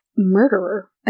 murderer